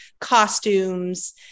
costumes